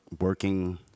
working